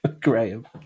Graham